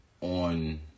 on